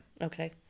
Okay